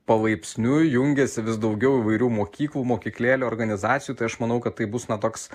palaipsniui jungiasi vis daugiau įvairių mokyklų mokyklėlių organizacijų tai aš manau kad tai bus na toks